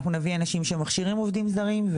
אנחנו נביא אנשים שמכשירים עובדים זרים.